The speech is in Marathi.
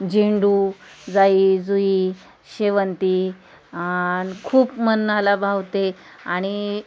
झेंडू जाई जुई शेवंती आणि खूप मनाला भावते आणि